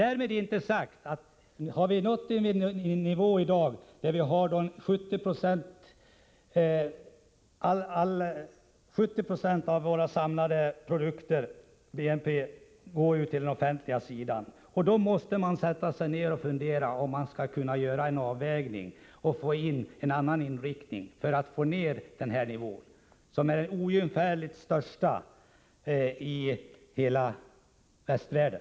Därmed inte sagt annat än att när i dag 70 26 av våra samlade produkter, dvs. BNP, hänför sig till den offentliga sektorn, måste vi sätta oss ned och fundera över om vi skall kunna göra en avvägning och få en annan inriktning mot den privata sektorn. Den offentliga sektorn i vårt land är den ojämförligt största i hela västvärlden.